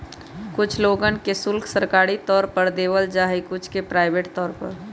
कुछ लोगन के शुल्क सरकारी तौर पर देवल जा हई कुछ के प्राइवेट तौर पर